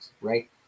right